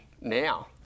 now